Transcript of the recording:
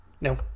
No